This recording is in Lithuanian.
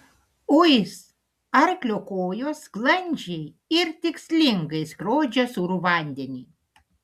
uis arklio kojos sklandžiai ir tikslingai skrodžia sūrų vandenį